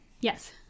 Yes